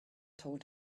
told